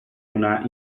una